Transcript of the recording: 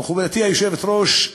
מכובדתי היושבת-ראש,